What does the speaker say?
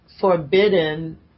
forbidden